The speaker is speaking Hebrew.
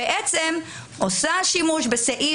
והטענה היא שהיא בעצם עושה שימוש בסעיף